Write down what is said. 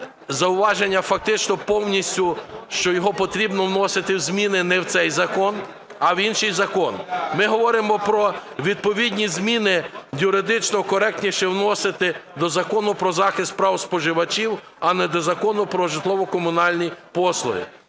зауваження фактично повністю, що його потрібно вносити в зміни не в цей закон, а в інший закон. Ми говоримо про відповідні зміни, юридично коректніше вносити до Закону "Про захист прав споживачів", а не до Закону "Про житлово-комунальні послуги".